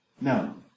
No